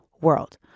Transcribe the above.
world